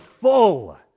full